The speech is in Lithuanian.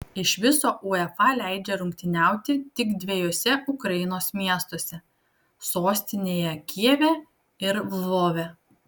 iš viso uefa leidžia rungtyniauti tik dviejuose ukrainos miestuose sostinėje kijeve ir lvove